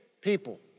people